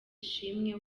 ishimwe